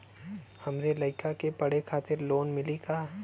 हमरे लयिका के पढ़े खातिर लोन मिलि का?